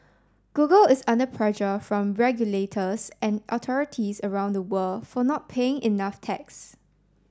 Google is under pressure from regulators and authorities around the world for not paying enough tax